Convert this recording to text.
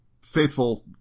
faithful